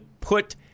put